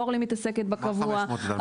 אורלי מתעסקת בה קבוע,